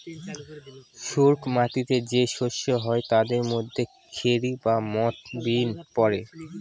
শুস্ক মাটিতে যে শস্য হয় তাদের মধ্যে খেরি বা মথ, বিন পড়ে